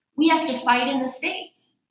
we have to fight in the states.